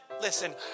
Listen